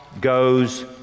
goes